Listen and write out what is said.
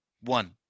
one